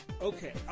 Okay